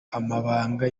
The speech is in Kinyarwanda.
amabanga